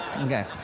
Okay